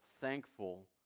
thankful